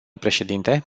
președinte